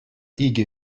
икӗ